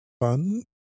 fun